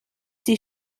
sie